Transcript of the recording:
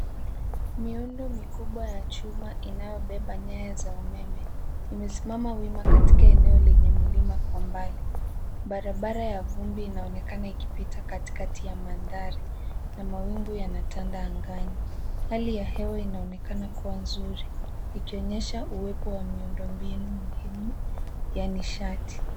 Miundo mikubwa ya chuma inayobeba nyaya za umeme imesimama wima katika eneo lenye milima kwa mbali. Barabara ya vumbi inaonekana ikipita katikati ya mandhari na mawingu yanatanda angani. Hali ya hewa inaonekana kuwa nzuri ikionyesha uwepo wa miundo mbinu muhimu ya nishati.